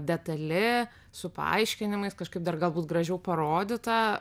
detali su paaiškinimais kažkaip dar galbūt gražiau parodyta